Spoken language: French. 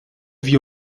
vit